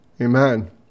Amen